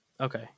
Okay